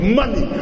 money